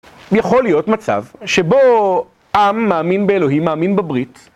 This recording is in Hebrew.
יכול להיות מצב שבו עם מאמין באלוהים מאמין בברית